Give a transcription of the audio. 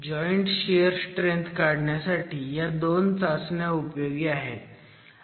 joint shear strength काढण्यासाठी ह्या दोन चाचण्या उपयोगी आहेत